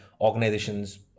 organizations